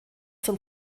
zum